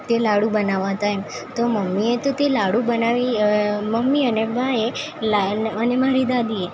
તે લાડુ બનાવાતા એમ તો મમ્મીએ તો તે લાડુ બનાવી મમ્મી અને બાએ અને મારી દાદીએ